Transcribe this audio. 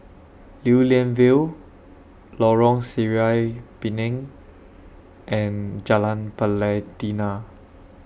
Lew Lian Vale Lorong Sireh Pinang and Jalan Pelatina